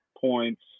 points